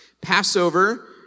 Passover